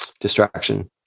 distraction